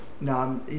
No